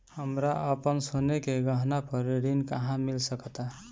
हमरा अपन सोने के गहना पर ऋण कहां मिल सकता?